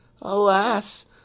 alas